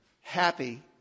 happy